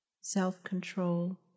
self-control